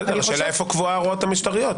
השאלה איפה קבועות ההוראות המשטריות,